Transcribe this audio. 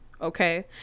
okay